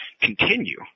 continue